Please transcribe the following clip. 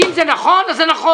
אם זה נכון, אז זה נכון.